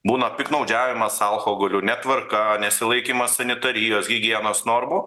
būna piktnaudžiavimas alkoholiu netvarka nesilaikymas sanitarijos higienos normų